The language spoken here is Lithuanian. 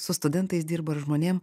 su studentais dirbu ar žmonėm